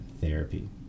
therapy